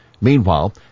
Meanwhile